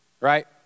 right